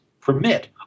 permit